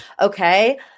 Okay